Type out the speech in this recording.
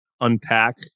unpack